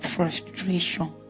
Frustration